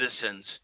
citizens